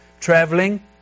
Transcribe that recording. traveling